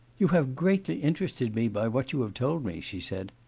you have greatly interested me by what you have told me she said.